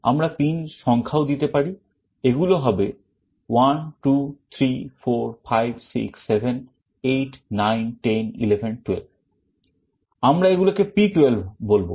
আমরা pin সংখ্যাও দিতে পারি এগুলো হবে 1 2 3 4 5 6 7 8 9 10 11 12 আমরা এগুলোকে P12 বলবো